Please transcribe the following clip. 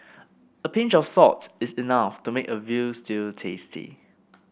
a pinch of salt is enough to make a veal stew tasty